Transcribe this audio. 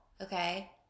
Okay